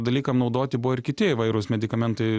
dalykam naudoti buvo ir kiti įvairūs medikamentai